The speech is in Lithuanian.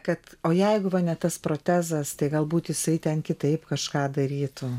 kad o jeigu va tas protezas tai galbūt jisai ten kitaip kažką darytų